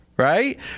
Right